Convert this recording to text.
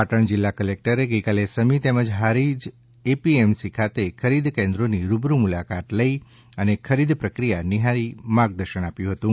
પાટણ જિલ્લા કલેકટરએ ગઇકાલે સમી તેમજ હારીજ એપીએમસી ખાતે ખરીદ કેન્દ્રોની રૂબરૂ મુલાકાત લઇ અને ખરીદ પ્રક્રિયા નિહાળી માર્ગદર્શન આપ્યું હતું